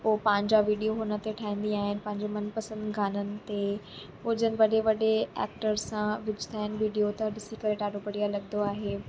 पोइ पंहिंजा वीडियो हुन ते ठाहींदी आहियां पंहिंजे मनपसंद गाननि ते पोइ जिनि वॾे वॾे एक्टर्स सां विझंदा आहिनि वीडियो त ॾिसी करे ॾाढो बढ़िया लॻंदो आहे